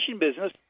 business